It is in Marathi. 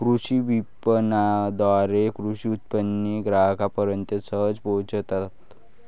कृषी विपणनाद्वारे कृषी उत्पादने ग्राहकांपर्यंत सहज पोहोचतात